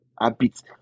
habits